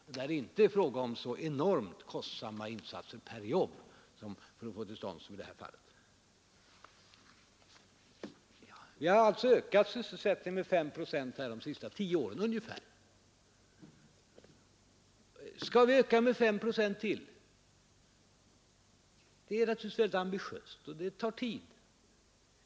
Där är det inte heller fråga om så enormt kostsamma insatser per jobb som i det här fallet. Vi har alltså ökat sysselsättningen med ungefär 5 procent de senaste tio åren. Skall vi öka med 5 procent till? Det är naturligtvis väldigt ambitiöst, och det tar tid.